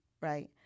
right